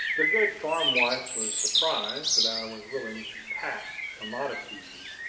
the good farm-wife was surprised that i was willing to pack commodities,